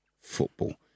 football